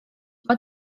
mae